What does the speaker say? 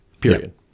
period